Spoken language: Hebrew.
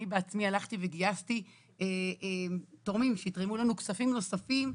אני בעצמי הלכתי וגייסתי תורמים שיתרמו לנו כספים נוספים,